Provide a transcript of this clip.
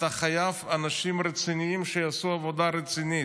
אתה חייב אנשים רציניים שיעשו עבודה רצינית,